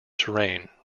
terrain